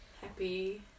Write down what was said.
happy